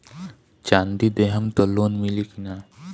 चाँदी देहम त लोन मिली की ना?